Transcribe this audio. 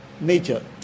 nature